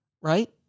right